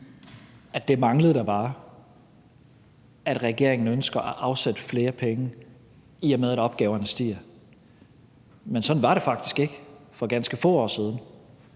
at det manglede da bare, at regeringen ønsker at afsætte flere penge, i og med at opgaverne stiger, men sådan var det faktisk ikke for ganske få år siden,